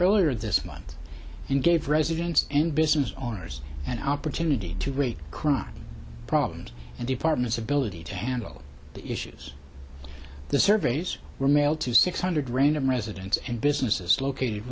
earlier this month and gave residents and business owners an opportunity to rate crime problems and departments ability to handle the issues the surveys were mailed to six hundred random residents and businesses located